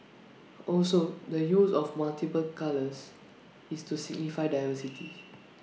also the use of multiple colours is to signify diversity